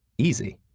easy,